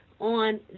on